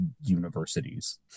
universities